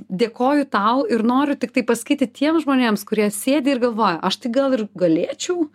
dėkoju tau ir noriu tiktai pasakyti tiems žmonėms kurie sėdi ir galvoja aš tai gal ir galėčiau